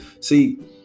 See